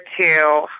two